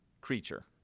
creature